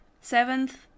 Seventh